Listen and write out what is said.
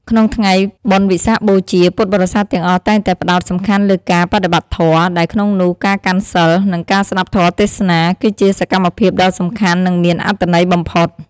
ក្នុងថ្ងៃបុណ្យវិសាខបូជា ពុទ្ធបរិស័ទទាំងអស់តែងតែផ្ដោតសំខាន់លើការបដិបត្តិធម៌ ដែលក្នុងនោះការកាន់សីល និងការស្ដាប់ធម៌ទេសនា គឺជាសកម្មភាពដ៏សំខាន់ និងមានអត្ថន័យបំផុត។